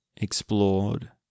explored